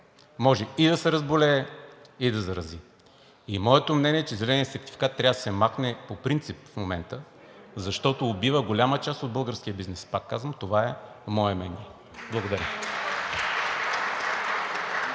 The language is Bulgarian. може и да се разболее, и да зарази. Моето мнение е, че зеленият сертификат трябва да се махне по принцип в момента, защото убива голяма част от българския бизнес. Пак казвам, това е мое мнение. Благодаря.